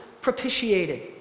propitiated